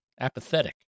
apathetic